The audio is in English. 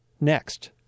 next